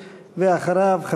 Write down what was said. ואחריו,